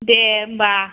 दे होनबा